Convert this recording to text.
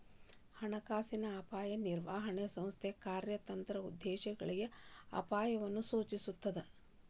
ಹಣಕಾಸಿನ ಅಪಾಯ ನಿರ್ವಹಣೆ ಸಂಸ್ಥೆಯ ಕಾರ್ಯತಂತ್ರದ ಉದ್ದೇಶಗಳಿಗೆ ಅಪಾಯಗಳನ್ನ ತಿಳಿಸ್ತದ